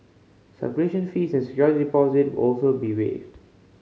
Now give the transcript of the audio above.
subscription fees and security deposit also be waived